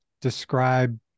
describe